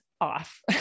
off